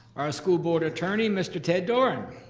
our school board attorney, mr. ted doran.